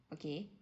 okay